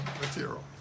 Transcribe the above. material